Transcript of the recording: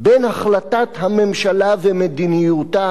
בין החלטת הממשלה ומדיניותה,